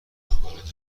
خارج